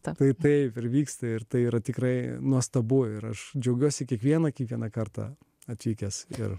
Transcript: tapai tai vyksta ir tai yra tikrai nuostabu ir aš džiaugiuosi kiekvieną kiekvieną kartą atvykęs ir